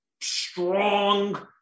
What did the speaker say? strong